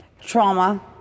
trauma